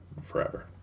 forever